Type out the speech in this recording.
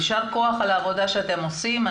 יישר כוח על העבודה שאתם עושים.